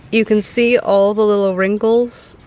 you can see all the little wrinkles,